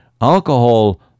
alcohol